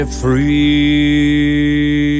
free